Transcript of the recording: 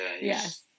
Yes